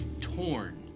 torn